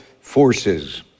forces